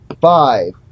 five